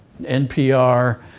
NPR